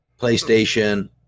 playstation